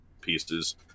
pieces